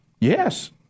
Yes